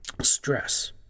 stress